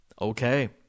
Okay